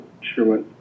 sure